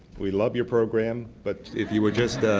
we love your program but if you could just